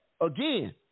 again